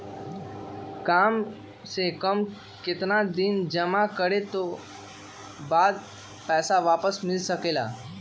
काम से कम केतना दिन जमा करें बे बाद पैसा वापस मिल सकेला?